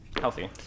healthy